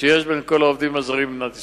בין כל העובדים הזרים במדינת ישראל.